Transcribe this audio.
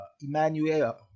Emmanuel